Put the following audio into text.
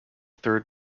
third